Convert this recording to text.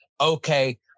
okay